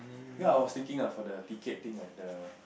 ya I was thinking of for the ticket thing like the